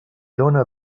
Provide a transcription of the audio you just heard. dona